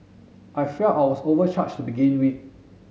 I felt I was overcharged to begin with